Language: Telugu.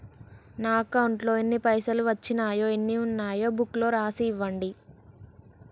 నా అకౌంట్లో ఎన్ని పైసలు వచ్చినాయో ఎన్ని ఉన్నాయో బుక్ లో రాసి ఇవ్వండి?